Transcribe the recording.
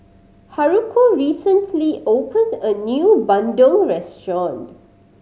Haruko recently opened a new bandung restaurant